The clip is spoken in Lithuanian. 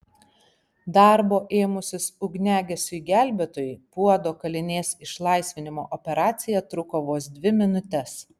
darbo ėmusis ugniagesiui gelbėtojui puodo kalinės išlaisvinimo operacija truko vos dvi minutes